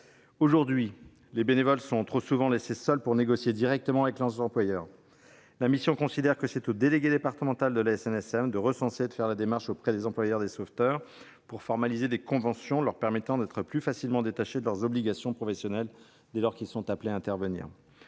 Aujourd'hui les bénévoles sont trop souvent laissés seuls pour négocier directement avec leurs employeurs. À nos yeux, c'est au délégué départemental de la SNSM de recenser leurs demandes et de faire la démarche auprès des employeurs des sauveteurs pour formaliser des conventions leur permettant d'être plus facilement détachés de leurs obligations professionnelles dès lors qu'ils sont appelés à intervenir